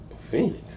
Phoenix